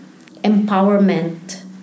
empowerment